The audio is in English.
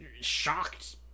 shocked